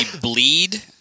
Bleed